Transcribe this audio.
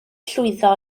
llwyddo